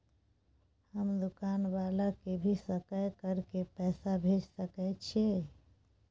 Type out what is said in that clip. हम दुकान वाला के भी सकय कर के पैसा भेज सके छीयै?